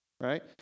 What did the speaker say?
right